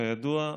כידוע,